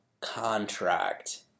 contract